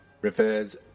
refers